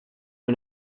and